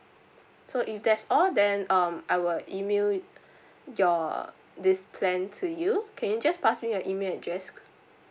so if that's all then um I will email with your err this plan to you can you just pass me your email address